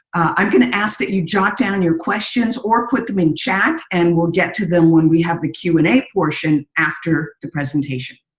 i'm going to ask that you jot down your questions or put them in chat. and we'll get to them when we have the q and a portion after the presentation.